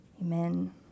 Amen